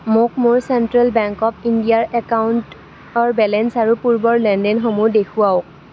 মোক মোৰ central bank of India ৰ একাউণ্টৰ বেলেঞ্চ আৰু পূৰ্বৰ লেনদেনসমূহ দেখুৱাওক